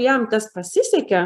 jam tas pasisekė